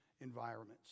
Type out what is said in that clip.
environments